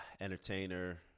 entertainer